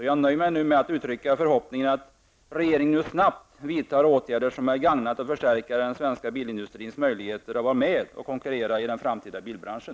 Jag nöjer mig nu med att uttrycka förhoppning om att regeringen snabbt vidtar åtgärder som är ägnade att förstärka den svenska bilindustrins möjligheter att vara med och konkurrera i den framtida bilbranschen.